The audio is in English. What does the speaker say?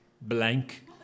blank